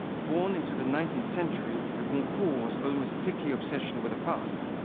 born into the nineteenth century, the goncourts' almost sickly obsession with the past,